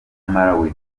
malawi